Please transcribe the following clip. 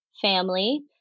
family